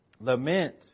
lament